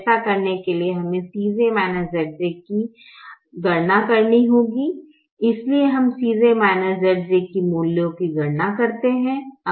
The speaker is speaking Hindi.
ऐसा करने के लिए हमे Cj Zj की हमें गणना करनी होगी इसलिए हम Cj Zj के मूल्यों की गणना करते है